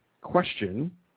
question